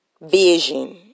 vision